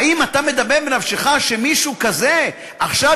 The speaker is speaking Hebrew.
האם אתה מדמה בנפשך שמישהו כזה עכשיו